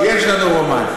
יש לנו רומן.